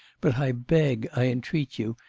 but i beg, i entreat you,